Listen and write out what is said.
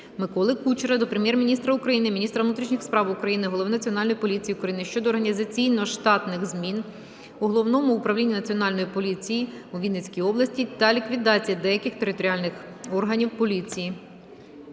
Миколи Кучера до Прем'єр-міністра України, міністра внутрішніх справ України, голови Національної поліції України щодо організаційно-штатних змін у Головному управлінні Національної поліції у Вінницькій області та ліквідації деяких територіальних органів поліції.